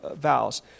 vows